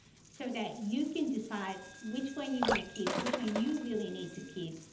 so that you can decide which one you want to keep, which one you really need to keep,